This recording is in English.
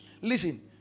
Listen